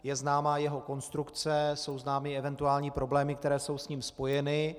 Je známa jeho konstrukce, jsou známy eventuální problémy, které jsou s ním spojeny.